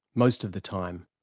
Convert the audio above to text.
most of the time,